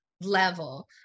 level